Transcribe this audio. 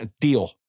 Deal